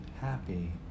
happy